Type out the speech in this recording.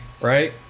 right